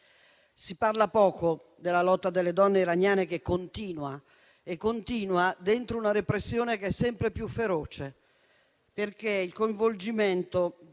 Si parla poco della lotta delle donne iraniane, che continua dentro una repressione sempre più feroce. Il coinvolgimento